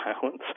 violence